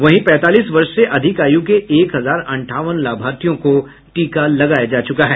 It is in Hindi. वहीं पैंतालीस वर्ष से अधिक आयु के एक हजार अंठावन लाभार्थियों को टीका लगाया जा चुका है